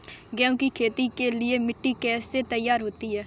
गेहूँ की खेती के लिए मिट्टी कैसे तैयार होती है?